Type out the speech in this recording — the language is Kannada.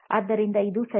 ಆದ್ದರಿಂದ ಇದು ಸರಿ